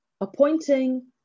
Appointing